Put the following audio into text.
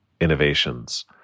innovations